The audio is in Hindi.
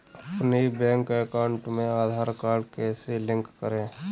अपने बैंक अकाउंट में आधार कार्ड कैसे लिंक करें?